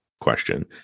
question